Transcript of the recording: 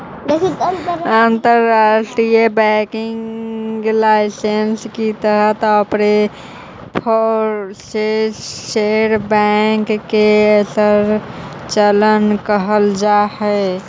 अंतर्राष्ट्रीय banking licence के तहत ऑफशोर बैंक के संचालन कैल जा हइ